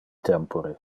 tempore